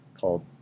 called